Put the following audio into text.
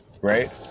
right